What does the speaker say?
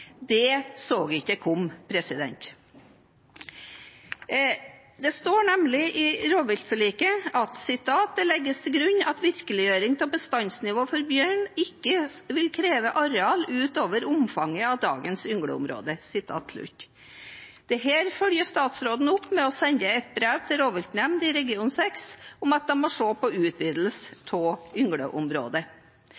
Det så jeg ikke komme. I rovviltforliket står det: «Det legges til grunn at virkeliggjøring av bestandsnivå for bjørn ikke vil kreve areal ut over omfanget av dagens yngleområder.» Dette følger statsråden opp med å sende et brev til rovviltnemnda i region 6 om at de må se på utvidelse